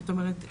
זאת אומרת,